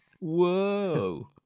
Whoa